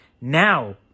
Now